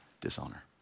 dishonor